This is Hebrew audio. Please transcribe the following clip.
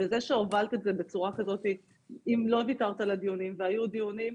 הובלת את זה בצורה כזאת וגם לא ויתרת על הדיונים,